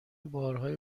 بارهای